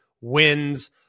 wins